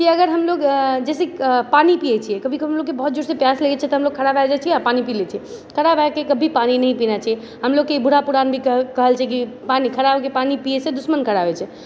की हमलोग जैसे पानि पियै छियै कभी कभी हमलोगोको बहुत जोर से प्यास लगै छै तऽ हमलोग खड़ा भए जाइ छियै आ पानी पी लए छियै खड़ा भएके कभी पानि नही पीना चाहिए हमलोगके बूढ़ा पुरान भी कहल छै की पानी खड़ा होके पानी पियै से दुश्मन खड़ा होइत छै